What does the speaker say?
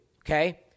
okay